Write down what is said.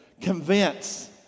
Convince